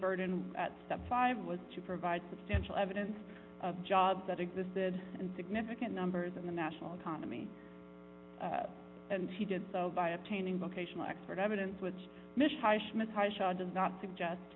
burden at step five was to provide substantial evidence of jobs that existed in significant numbers in the national economy and he did so by obtaining vocational expert evidence which mishmosh massage does not suggest